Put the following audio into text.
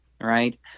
right